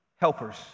helpers